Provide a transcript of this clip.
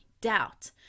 doubt